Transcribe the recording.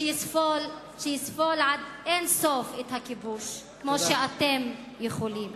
שיסבול עד אין סוף את הכיבוש, כמו שאתם יכולים.